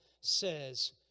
says